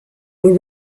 were